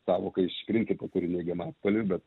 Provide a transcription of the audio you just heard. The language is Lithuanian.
sąvoka iš principo turi neigiamą atspalvį bet